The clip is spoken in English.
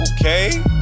Okay